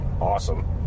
awesome